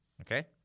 Okay